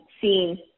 seen